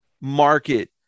market